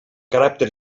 caràcter